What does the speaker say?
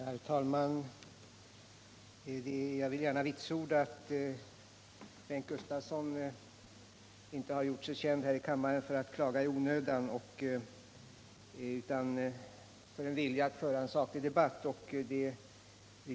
Herr talman! Jag vill gärna vitsorda att Bengt Gustavsson inte gjort sig känd här i kammaren för att klaga i onödan utan för att vilja föra en saklig debatt.